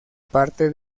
parte